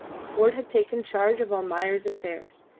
ford had taken charge of almayer's affairs.